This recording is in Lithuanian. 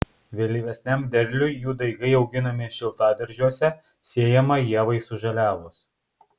vėlyvesniam derliui jų daigai auginami šiltadaržiuose sėjama ievai sužaliavus